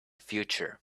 future